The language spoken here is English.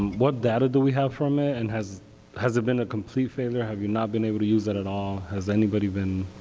what data do we have from it, and has has it been a complete failure? have you not been able to use it at all? has anybody been